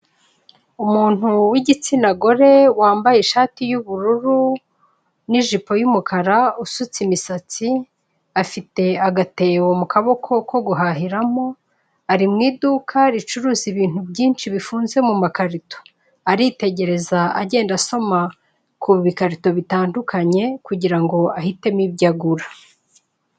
Umuntu w'igitsina gore wambaye ishati y'ubururu n'ijipo y'umukara usutse imisatsi afite agatebo mu kaboko ko guhahiramo ari mu iduka ricuruza ibintu byinshi bifunze mumakarito aritegereza agenda asoma ku bikarito bitandukanye kugirango ahitemo ibyo agura.